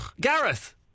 Gareth